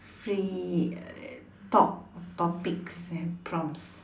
free talk topics and prompts